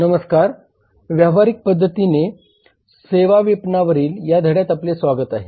नमस्कार व्यावहारिक पद्धतीने सेवा विपणनावरील या धड्यात आपले स्वागत आहे